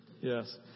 Yes